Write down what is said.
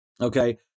Okay